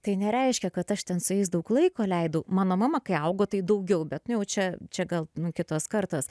tai nereiškia kad aš ten su jais daug laiko leidau mano mama kai augo tai daugiau bet nu jau čia čia gal nu kitos kartos